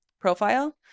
profile